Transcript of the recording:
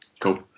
Cool